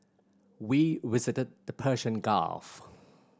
we visited the Persian Gulf